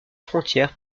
frontière